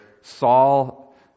Saul